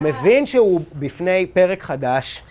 מבין שהוא בפני פרק חדש.